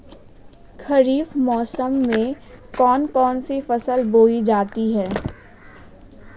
खरीफ मौसम में कौन कौन सी फसलें बोई जाती हैं?